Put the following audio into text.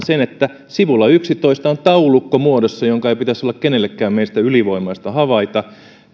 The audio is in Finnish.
sen että sivulla yksitoista on taulukkomuodossa minkä ei pitäisi olla kenellekään meistä ylivoimaista havaita